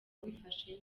wifashe